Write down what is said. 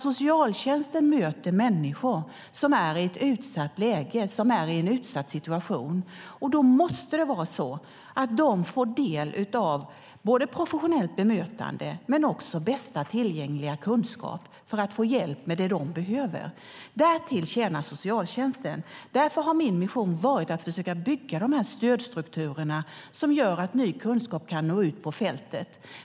Socialtjänsten möter nämligen människor som är i ett utsatt läge. Då måste det vara så att de får del av både professionellt bemötande och bästa tillgängliga kunskap för att få hjälp med det de behöver. Därtill tjänar socialtjänsten. Därför har min vision varit att försöka bygga de stödstrukturer som gör att ny kunskap kan nå ut på fältet.